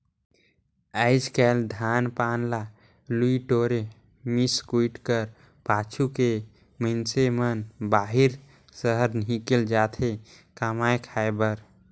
आएज काएल धान पान ल लुए टोरे, मिस कुइट कर पाछू के मइनसे मन बाहिर सहर हिकेल जाथे कमाए खाए बर